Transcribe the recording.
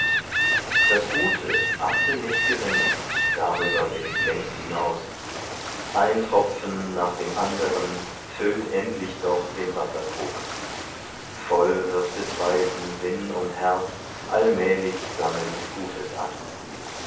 das gute achte nicht gering darüber bin ich längst hinaus ein tropfen nach dem anderen füllt endlich doch den wasserkrug voll wird des weisen sinn und herz allmälig sammelnd gutes an